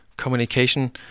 communication